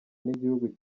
n’igihugu